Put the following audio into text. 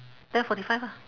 ten forty five ah